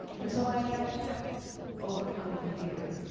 and so i kept overcoming fear,